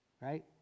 right